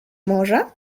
może